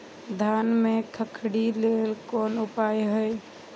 धान में खखरी लेल कोन उपाय हय?